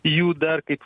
jų dar kaip